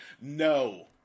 no